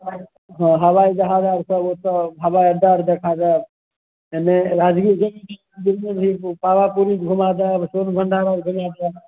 हवाइ हँ हबाइ जहाज आर सब ओत्तऽ हबाइअड्डा आर देखा देब एन्ने राजगीर गेल छियै ओ पावापुरी घुमा देब सोनबन्धामे घुमा देब